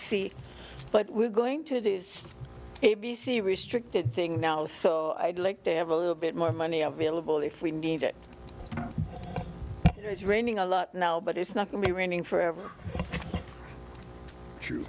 see but we're going to do a b c restricted thing now so i'd like to have a little bit more money available if we need it it's raining a lot now but it's not going to be running forever true